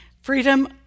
Freedom